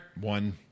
One